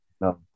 No